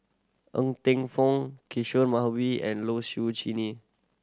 Ng Teng Fong Kishore and Low Siew